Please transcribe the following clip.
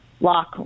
lock